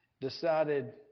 decided